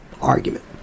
argument